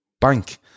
bank